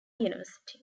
university